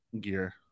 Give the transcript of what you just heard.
gear